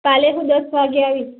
કાલે હું દસ વાગે આવીશ